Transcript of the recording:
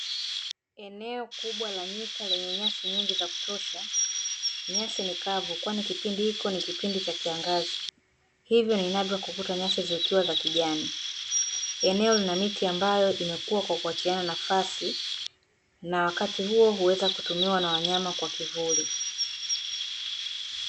Eneo kubwa la nyika lenye nyasi nyingi za kutosha, nyasi ni kavu kwani kipindi hiko ni kipindi cha kiangazi hivyo ni nadra kukuta nyasi zikiwa za kijani. Eneo lina miti ambayo imekua kwa kuachiana nafasi na wakati huo huweza kutumiwa na wanyama kwa kivuli.